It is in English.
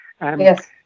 yes